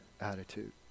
attitude